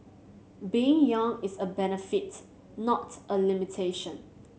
being young is a benefit not a limitation